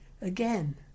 again